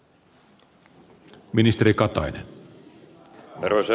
arvoisa puhemies